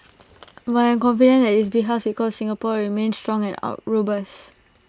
but I am confident that this big house we call Singapore will remain strong and out robust